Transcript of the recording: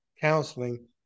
counseling